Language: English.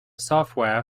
software